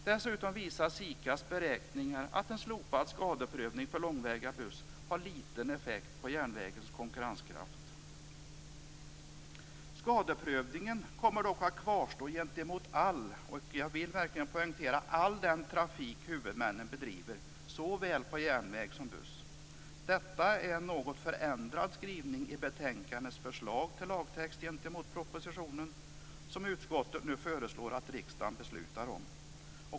Dessutom visar SIKA:s beräkningar att en slopad skadeprövning för långväga buss har liten effekt på järnvägens konkurrenskraft. Skadeprövningen kommer dock att kvarstå gentemot all, och jag vill verkligen poängtera all, den trafik som huvudmännen bedriver såväl på järnväg som med buss. Det är en något förändrad skrivning i betänkandets förslag till lagtext jämfört med propositionen som utskottet nu föreslår att riksdagen beslutar om.